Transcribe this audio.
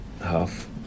half